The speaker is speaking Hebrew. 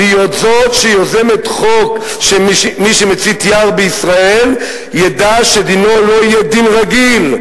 להיות זאת שיוזמת חוק שמי שמצית יער בישראל ידע שדינו לא יהיה דין רגיל,